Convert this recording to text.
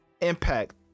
impact